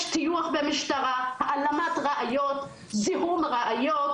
יש טיוח במשטרה, העלמת ראיות, זיהום ראיות